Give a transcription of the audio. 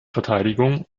verteidigung